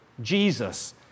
Jesus